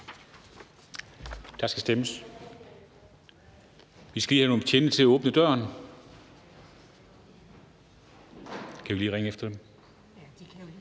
Der skal stemmes – vi skal lige have nogle betjente til at åbne døren. Men vi kan jo starte